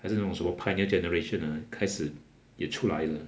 还是那种什么 pioneer generation ah 开始也出来了